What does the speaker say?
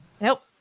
nope